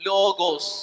Logos